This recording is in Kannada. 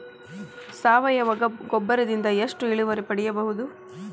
ಸಾವಯವ ಗೊಬ್ಬರದಿಂದ ಎಷ್ಟ ಇಳುವರಿ ಪಡಿಬಹುದ?